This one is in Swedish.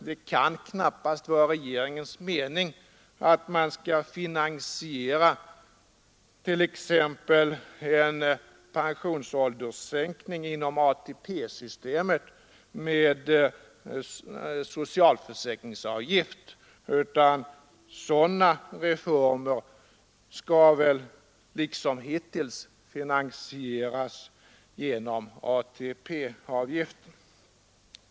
Det kan knappast vara regeringens mening att man skall finansiera t.ex. en pensionsålderssänkning inom ATP-systemet med en utbyggd socialförsäkringsavgift, utan sådana reformer skall väl, liksom hittills, finansieras genom ATP-avgifter.